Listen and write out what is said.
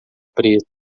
preta